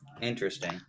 Interesting